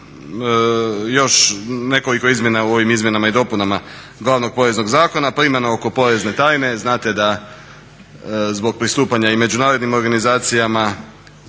Hvala vam